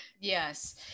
Yes